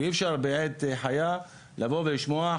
ואי אפשר בעת חיה לבוא ולשמוע.